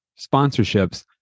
sponsorships